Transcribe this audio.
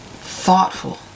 thoughtful